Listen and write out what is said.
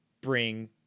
bring